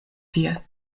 tie